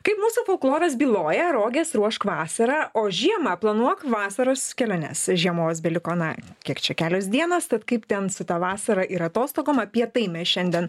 kaip mūsų folkloras byloja roges ruošk vasarą o žiemą planuok vasaros keliones žiemos beliko na kiek čia kelios dienos tad kaip ten su ta vasara ir atostogom apie tai mes šiandien